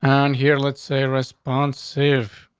um here. let's say responsive.